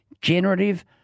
generative